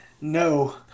No